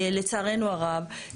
לצערנו הרב,